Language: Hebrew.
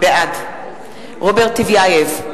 בעד רוברט טיבייב,